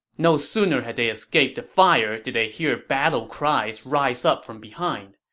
no sooner had they escaped the fire did they hear battle cries rise up from behind.